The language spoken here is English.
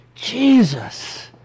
Jesus